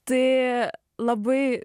tai labai